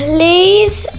Please